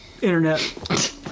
Internet